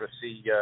see